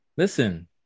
Listen